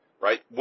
right